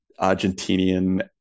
Argentinian